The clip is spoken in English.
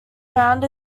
found